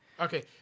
Okay